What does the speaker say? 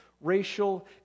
racial